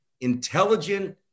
intelligent